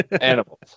Animals